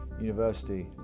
university